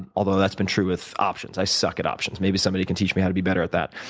and although, that's been true with options. i suck at options. maybe somebody can teach me how to be better at that.